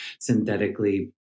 synthetically